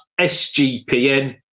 SGPN